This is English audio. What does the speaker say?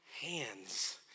hands